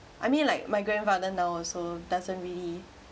I mean like my grandfather now also doesn't really